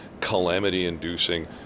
calamity-inducing